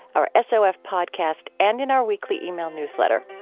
our sof podcast, and in our weekly ah e-mail newsletter.